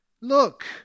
look